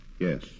Yes